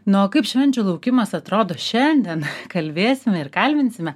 na o kaip švenčių laukimas atrodo šiandien kalbėsime ir kalbinsime